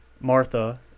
Martha